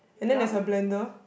and then there's a blender